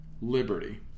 liberty